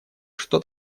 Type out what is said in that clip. что